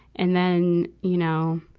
and then, you know,